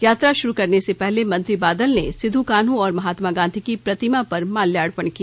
यात्रा शुरू करने से पहले मंत्री बादल ने सिद्धू कान्हू और महात्मा गांधी की प्रतिमा पर माल्यार्पण किया